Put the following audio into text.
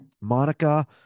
Monica